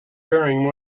faring